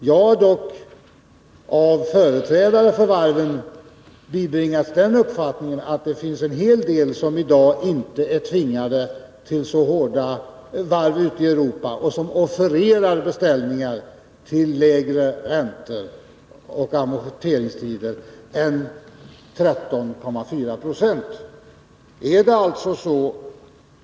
Jag har dock av företrädare för varvet bibringats den uppfattningen att det finns en hel del varv ute i Europa som i dag inte är tvingade att tillämpa så hårda ränteoch amorteringsvillkor som det svenska och som offererar beställningar till lägre räntor än 13,4 96 och med förmånligare amorteringstider.